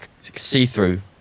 see-through